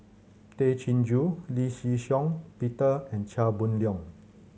Tay Chin Joo Lee Shih Shiong Peter and Chia Boon Leong